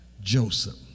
Joseph